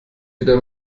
wieder